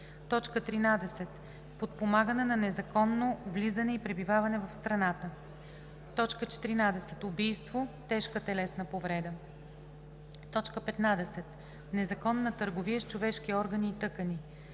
13. подпомагане на незаконно влизане и пребиваване в страната; 14. убийство, тежка телесна повреда; 15. незаконна търговия с човешки органи и тъкани;